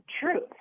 truth